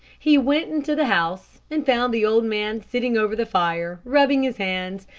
he went into the house, and found the old man sitting over the fire, rubbing his hands,